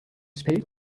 spade